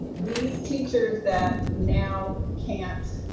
these teachers that now can't,